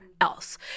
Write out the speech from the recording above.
else